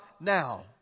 now